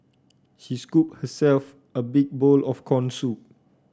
she scooped herself a big bowl of corn soup